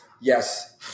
Yes